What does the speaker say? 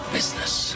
business